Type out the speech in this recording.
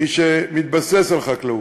מי שמתבסס על חקלאות,